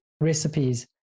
recipes